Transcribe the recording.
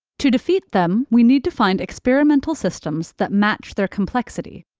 to defeat them, we need to find experimental systems that match their complexity,